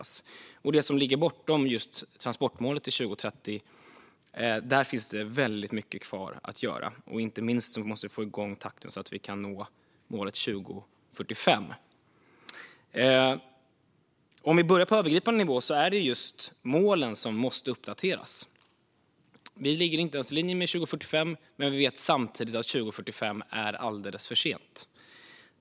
När det gäller det som ligger bortom just transportmålet till 2030 finns det väldigt mycket kvar att göra. Inte minst måste vi få igång takten så att vi kan nå målet 2045. Om vi börjar på övergripande nivå är det just målen som måste uppdateras. Vi ligger inte ens i linje med målet för 2045. Men vi vet samtidigt att 2045 är alldeles för sent.